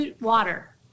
Water